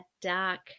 dark